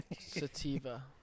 Sativa